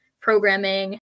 programming